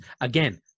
Again